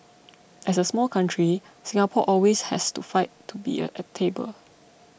as a small country Singapore always has to fight to be at the table